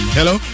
Hello